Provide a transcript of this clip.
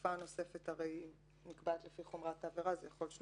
והתקופה הנוספת הרי נקבעת לפי חומרת העבירה זה יכול להיות שנתיים,